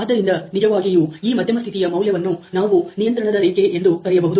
ಆದ್ದರಿಂದ ನಿಜವಾಗಿಯೂ ಈ ಮಧ್ಯಮ ಸ್ಥಿತಿಯ ಮೌಲ್ಯವನ್ನು ನಾವು ನಿಯಂತ್ರಣದ ರೇಖೆ ಎಂದು ಕರೆಯಬಹುದು